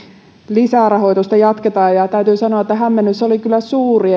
lisärahoitusta jatketaan ja täytyy sanoa että hämmennys oli kyllä suuri